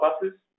buses